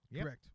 correct